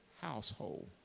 household